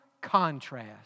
contrast